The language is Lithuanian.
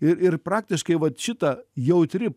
ir ir praktiškai vat šita jautri